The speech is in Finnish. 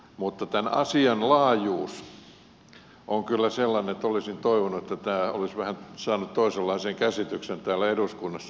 mutta tämän asian laajuus on kyllä sellainen että olisin toivonut että tämä olisi saanut vähän toisenlaisen käsittelyn täällä eduskunnassa